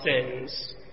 sins